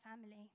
family